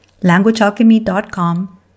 languagealchemy.com